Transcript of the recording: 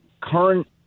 current